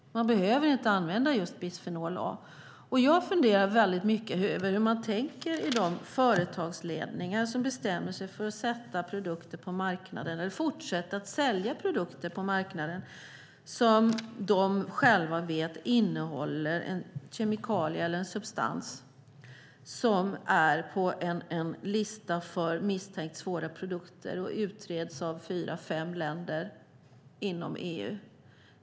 Man behöver inte använda just bisfenol A. Jag funderar väldigt mycket över hur de företagsledningar tänker som bestämmer sig för att introducera produkter på marknaden, eller fortsätta att sälja produkter på marknaden, som de själva vet innehåller en kemikalie eller en substans som finns på en lista över misstänkt svåra produkter och utreds av fyra fem länder inom EU.